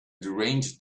deranged